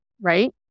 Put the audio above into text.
right